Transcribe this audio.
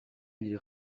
ils